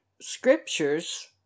scriptures